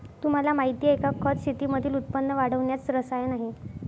तुम्हाला माहिती आहे का? खत शेतीमधील उत्पन्न वाढवण्याच रसायन आहे